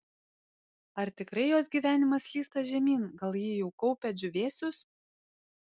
ar tikrai jos gyvenimas slysta žemyn gal ji jau kaupia džiūvėsius